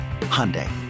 Hyundai